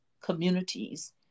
communities